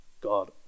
God